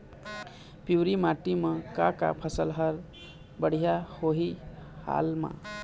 पिवरी माटी म का का फसल हर बढ़िया होही हाल मा?